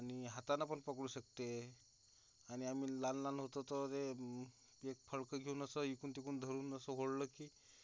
आणि हातानं पण पकडू शकते आणि आम्ही लहानलहान होतो तेव्हा ते एक फडकं घेऊन असं इकून तिकून धरून असं ओढलं की